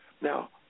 Now